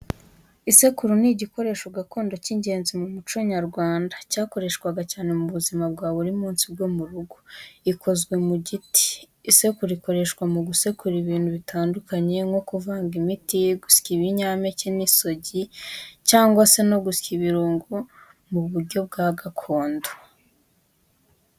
Isekuru ni igikoresho gakondo cy'ingenzi mu muco nyarwanda, cyakoreshwaga cyane mu buzima bwa buri munsi bwo mu rugo. Ikozwe mu giti, isekuru ikoreshwa mu gusekura ibintu bitandukanye nko kuvanga imiti, gusya ibinyampeke nk’isogi, cyangwa se no gusya ibirungo mu buryo bwa gakondo.